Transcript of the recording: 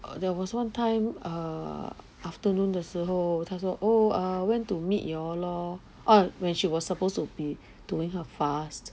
err there was one time err afternoon 的时候他说 oh err when to meet you all lor err when she was supposed to be doing her fast